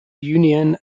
union